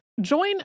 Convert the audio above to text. Join